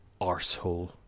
arsehole